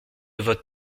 votre